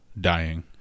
Dying